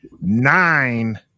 nine